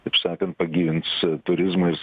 taip sakant pagyvins turizmą ir